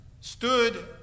stood